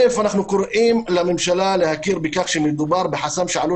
אנחנו קוראים לממשלה להכיר בכך שמדובר בחסם שעלול